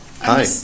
Hi